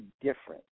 different